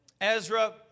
Ezra